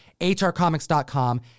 HRComics.com